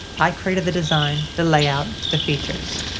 i created the design, the layout, the features.